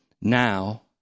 Now